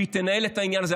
והיא תנהל את העניין הזה.